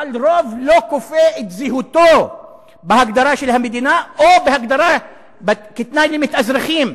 אבל רוב לא כופה את זהותו בהגדרה של המדינה או בהגדרה כתנאי למתאזרחים.